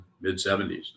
mid-70s